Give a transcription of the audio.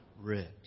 rich